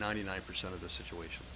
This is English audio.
ninety nine percent of the situation